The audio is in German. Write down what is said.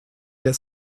der